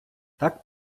так